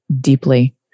deeply